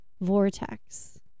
vortex